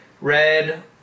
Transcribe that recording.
red